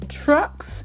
Trucks